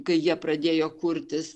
kai jie pradėjo kurtis